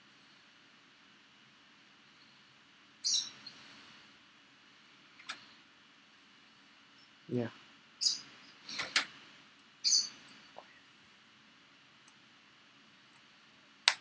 ya